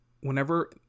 Whenever